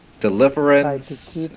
deliverance